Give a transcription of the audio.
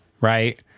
right